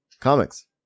Comics